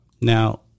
Now